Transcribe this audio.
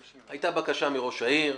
היתה בקשה של ראש העיר.